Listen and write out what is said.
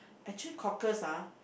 actually cockles ah